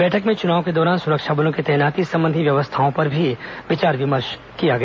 बैठक में चुनाव के दौरान सुरक्षा बलों की तैनाती संबंधी व्यवस्थाओं पर भी विचार विमर्श किया गया